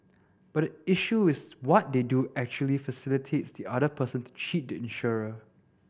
but the issue is what they do actually facilitates the other person to cheat the insurer